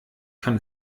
kann